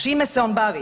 Čime se on bavi?